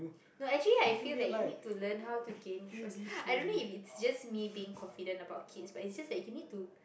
no actually I feel that you need to learn how to gain trust I don't know if it's just me being confident about kids but it's just that you need to